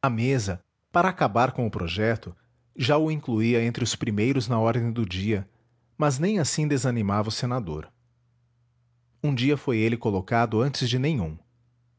a mesa para acabar com o projeto já o incluía entre os primeiros na ordem do dia mas nem assim desanimava o senador um dia foi ele colocado antes de nenhum